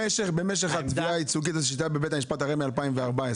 במשך התביעה הייצוגית שהייתה בבית המשפט מ-2014,